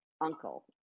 uncle